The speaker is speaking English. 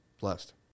Blessed